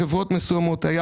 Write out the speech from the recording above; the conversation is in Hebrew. בחברות מסוימות היה